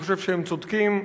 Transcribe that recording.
אני חושב שהם צודקים.